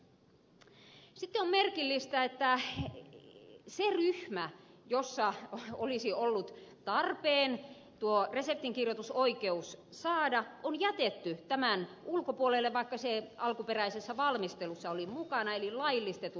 sitten on merkillistä että se ryhmä jonka olisi ollut tarpeen tuo reseptinkirjoitusoikeus saada on jätetty tämän ulkopuolelle vaikka se alkuperäisessä valmistelussa oli mukana eli laillistetut ravitsemusterapeutit